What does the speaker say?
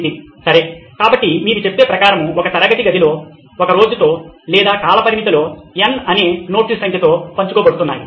నితిన్ సరే కాబట్టి మీరు చెప్పే ప్రకారం ఒక తరగతిలో ఒక రోజుతో లేదా కాలపరిమితిలో N అనే నోట్స్ సంఖ్య తో పంచుకోబడుతున్నాయి